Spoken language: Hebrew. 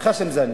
ח'שם-זנה?